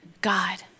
God